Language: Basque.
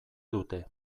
dute